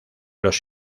los